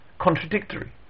contradictory